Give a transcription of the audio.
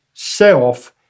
self